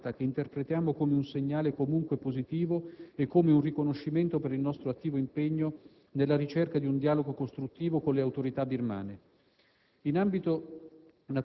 anche alla luce della materia trattata, che interpretiamo come un segnale comunque positivo e come un riconoscimento per il nostro attivo impegno nella ricerca di un dialogo costruttivo con le autorità birmane.